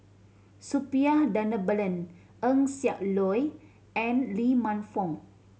Suppiah Dhanabalan Eng Siak Loy and Lee Man Fong